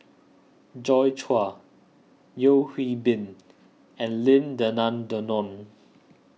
Joi Chua Yeo Hwee Bin and Lim Denan Denon